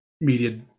media